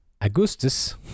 Augustus